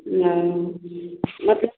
ओ एक